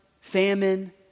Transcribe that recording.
famine